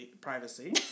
privacy